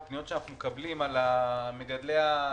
פניות שאנחנו מקבלים ממגדלי התבלינים,